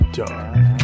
dark